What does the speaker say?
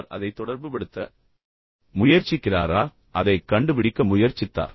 அவர் அதை தொடர்புபடுத்த முயற்சிக்கிறாரா அதைக் கண்டுபிடிக்க முயற்சித்தார்